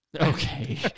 Okay